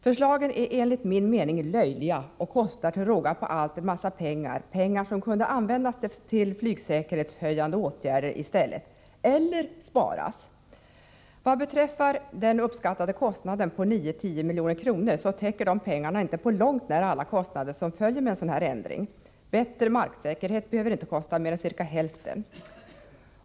Förslagen är enligt min mening löjliga och kostar till råga på allt en massa pengar — pengar som kunde användas till flygsäkerhetshöjande åtgärder i stället, eller sparas. Vad beträffar kostnaden, som uppskattas till 9-10 milj.kr., så täcker de pengarna inte på långt när alla kostnader som följer med en sådan här ändring. Bättre marksäkerhet behöver inte kosta mer än ca hälften.